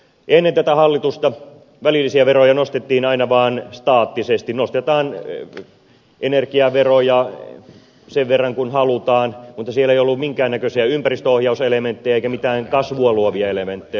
ennen tätä hallitusta välillisiä veroja nostettiin aina vaan staattisesti nostetaan energiaveroja sen verran kuin halutaan mutta siellä ei ollut minkään näköisiä ympäristöohjauselementtejä eikä mitään kasvua luovia elementtejä